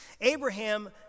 Abraham